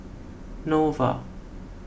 Nova